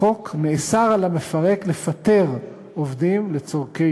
בחוק נאסר על המפרק לפטר עובדים לצורכי